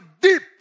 deep